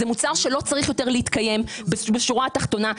זה מוצר שלא צריך יותר להתקיים, בשורה התחתונה.